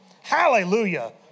Hallelujah